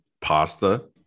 pasta